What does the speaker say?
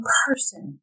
person